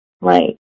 right